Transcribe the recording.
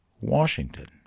Washington